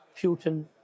Putin